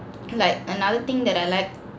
like another thing that I like